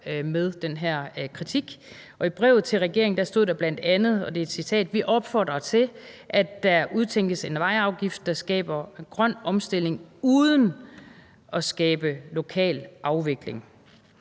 med den her kritik. I brevet til Transportudvalget stod der bl.a., og jeg citerer: »Vi opfordrer til, at der udtænkes en vejafgift, der skaber grøn omstilling uden at skabe lokal afvikling.«